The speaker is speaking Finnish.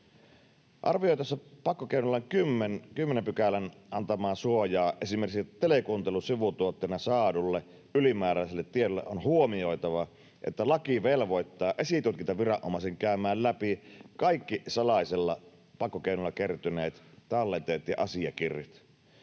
Arvioitaessa pakkokeinolain 10 §:n antamaa suojaa esimerkiksi telekuuntelun sivutuotteena saadulle ylimääräiselle tiedolle on huomioitava, että laki velvoittaa esitutkintaviranomaisen käymään läpi kaikki salaisella pakkokeinolla kertyneet tallenteet ja asiakirjat.